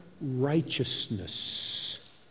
righteousness